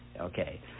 okay